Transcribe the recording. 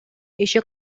иши